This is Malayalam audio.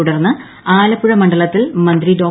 തുടർന്ന് ആലപ്പുഴ മണ്ഡ്ല്ത്തിൽ മന്ത്രി ഡോ